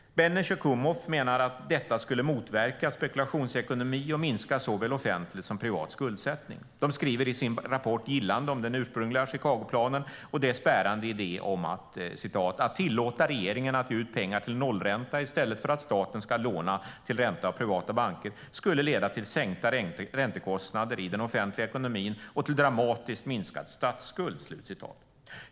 Benes och Kumhof menar att detta skulle motverka spekulationsekonomi och minska såväl offentlig som privat skuldsättning. De skriver i sin rapport gillande om den ursprungliga Chicagoplanen och dess bärande idé: "Att tillåta regeringen att ge ut pengar till nollränta istället för att staten ska låna till ränta av privata banker, skulle leda till sänkta räntekostnader i den offentliga ekonomin och till dramatiskt minskad statsskuld."